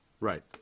right